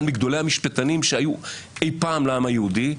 אחד מגדולי המשפטנים שהיו אי פעם לעם היהודי,